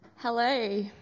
Hello